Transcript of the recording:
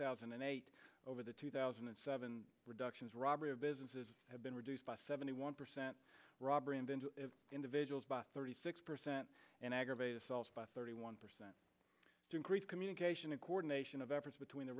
thousand and eight over the two thousand and seven reductions robbery of businesses have been reduced by seventy one percent robbery and in two individuals by thirty six percent and aggravated assaults by thirty one percent to increase communication and coordination of efforts between the